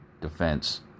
Defense